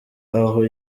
aho